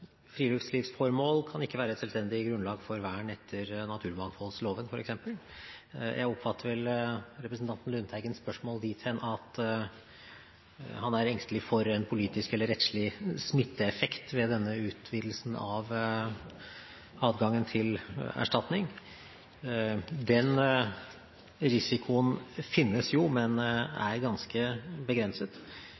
Friluftslivsformål kan ikke være et selvstendig grunnlag for vern etter naturmangfoldloven f.eks. Jeg oppfatter representanten Lundteigens spørsmål dit hen at han er engstelig for en politisk eller rettslig smitteeffekt ved denne utvidelsen av adgang til erstatning. Den risikoen finnes jo, men